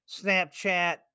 Snapchat